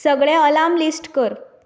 सगळें alarm list कर